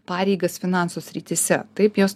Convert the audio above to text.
pareigas finansų srityse taip jos